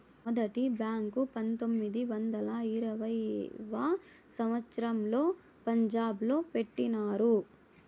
మొదటి బ్యాంకు పంతొమ్మిది వందల ఇరవైయవ సంవచ్చరంలో పంజాబ్ లో పెట్టినారు